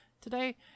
Today